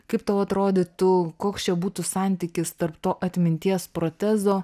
kaip tau atrodytų koks čia būtų santykis tarp to atminties protezo